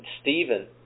Stephen